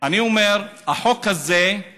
אני אומר, החוק הזה הוא